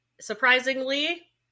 surprisingly